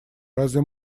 разве